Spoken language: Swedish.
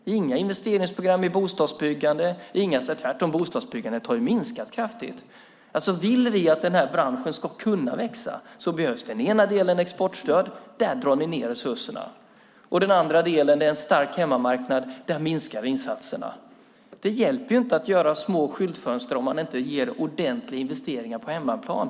Det är inga investeringsprogram i bostadsbyggande, utan bostadsbyggandet har tvärtom minskat kraftigt. Vill vi att denna bransch ska kunna växa behövs det i den ena delen exportstöd, och där drar ni ned resurserna. I den andra delen behövs en stark hemmamarknad, och där minskar insatserna. Det hjälper inte att göra små skyltfönster om man inte gör ordentliga investeringar på hemmaplan.